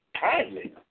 kindly